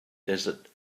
desert